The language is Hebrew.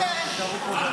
מה בסדר,